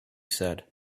said